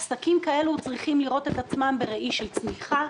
עסקים כאלה צריך לראות את עצמם בראי של צמיחה,